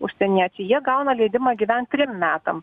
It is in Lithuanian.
užsieniečiai jie gauna leidimą gyvent trim metam